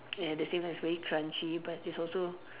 and at the same time it's very crunchy but it's also